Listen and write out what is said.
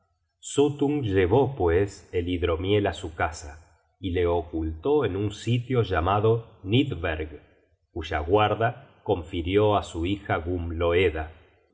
suttung llevó pues el hidromiel á su casa y le ocultó en un sitio llamado nittberg cuya guarda confirió á su hija gumloeda hé